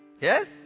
yes